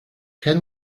can